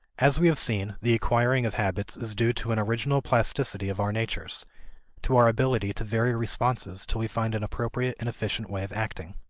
as we have seen, the acquiring of habits is due to an original plasticity of our natures to our ability to vary responses till we find an appropriate and efficient way of acting.